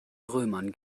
römern